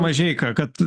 mažeika kad